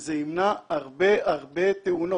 זה ימנע הרבה מאוד תאונות.